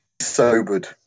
sobered